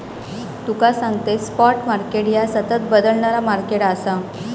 तुका सांगतंय, spot market ह्या सतत बदलणारा मार्केट आसा